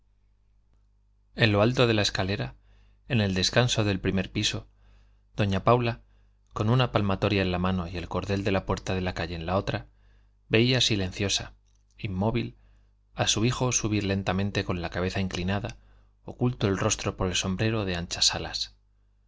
en lo alto de la escalera en el descanso del primer piso doña paula con una palmatoria en una mano y el cordel de la puerta de la calle en la otra veía silenciosa inmóvil a su hijo subir lentamente con la cabeza inclinada oculto el rostro por el sombrero de anchas alas